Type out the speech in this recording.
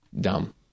Dumb